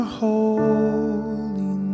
holy